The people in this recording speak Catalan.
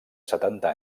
setanta